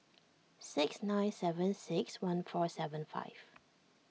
six nine seven six one four seven five